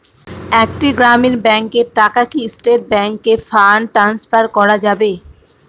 একটি গ্রামীণ ব্যাংকের টাকা কি স্টেট ব্যাংকে ফান্ড ট্রান্সফার করা যাবে?